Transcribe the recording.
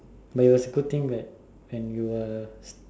but it was a good thing that when we were